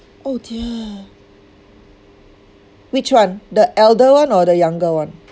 oh dear which one the elder one or the younger one